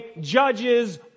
judges